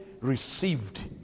received